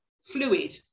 fluid